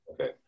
Okay